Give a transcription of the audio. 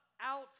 out